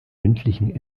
mündlichen